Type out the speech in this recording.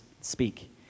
speak